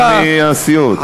לא מהסיעות.